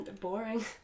boring